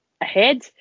ahead